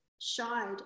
shied